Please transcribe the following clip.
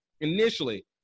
initially